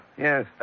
yes